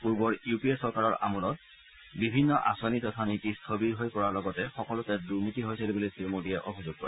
পূৰ্বৰ U P A চৰকাৰৰ আমোলাত বিভিন্ন আঁচনি তথা নীতি স্থবিৰ হৈ পৰাৰ লগতে সকলোতে দুনীতি হৈছিল বুলি শ্ৰীমোদীয়ে অভিযোগ কৰে